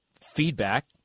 feedback